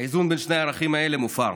האיזון בין שני הערכים האלה מופר.